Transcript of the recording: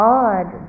odd